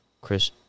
Chris